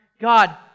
God